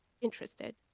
interested